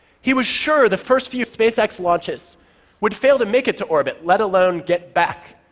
he was sure the first few spacex launches would fail to make it to orbit, let alone get back,